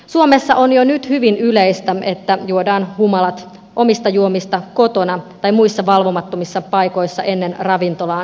suomessa on jo nyt hyvin yleistä että juodaan humalat omista juomista kotona tai muissa valvomattomissa paikoissa ennen ravintolaan siirtymistä